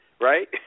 right